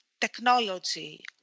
technology